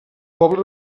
poble